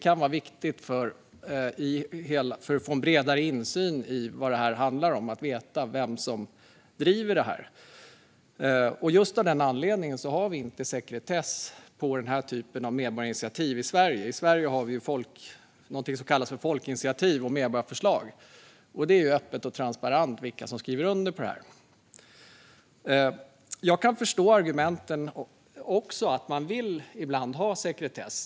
För att få en bredare insyn i vad initiativet handlar om kan det vara viktigt att veta vem som driver det. Just av den anledningen har vi inte sekretess på den typen av medborgarinitiativ i Sverige. I Sverige har vi någonting som kallas för folkinitiativ och medborgarförslag, och det är öppet och transparent vilka som skriver under dem. Jag kan förstå argumenten för att man ibland vill ha sekretess.